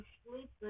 sleep